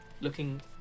looking